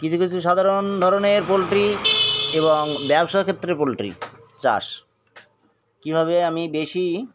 কিছু কিছু সাধারণ ধরনের পোলট্রি এবং ব্যবসার ক্ষেত্রে পোলট্রি চাষ কীভাবে আমি বেশি